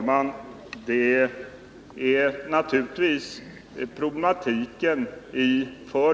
Fru talman!